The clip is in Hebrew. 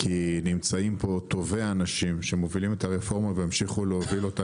כי נמצאים פה טובי האנשים שמובילים את הרפורמה וימשיכו להוביל אותה.